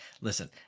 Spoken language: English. Listen